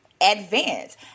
advance